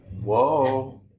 Whoa